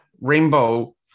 rainbow